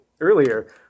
earlier